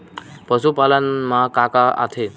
पशुपालन मा का का आथे?